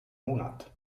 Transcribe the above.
monat